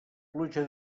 pluja